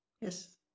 Yes